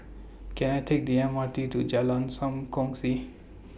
Can I Take The M R T to Jalan SAM Kongsi